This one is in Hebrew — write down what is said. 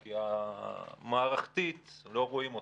כי מערכתית לא רואים אותם,